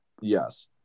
Yes